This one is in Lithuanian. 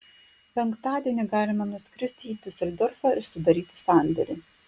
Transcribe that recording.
penktadienį galime nuskristi į diuseldorfą ir sudaryti sandorį